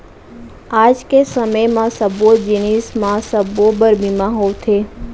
आज के समे म सब्बो जिनिस म सबो बर बीमा होवथे